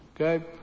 Okay